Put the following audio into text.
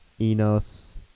Enos